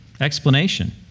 explanation